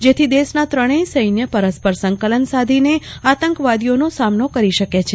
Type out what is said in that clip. જેથી દેશના ત્રણેય સૈન્ય પરસ્પર સંકલન સાધીને આતંકવાદીઓનો સામનો કરી શકે છે